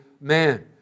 man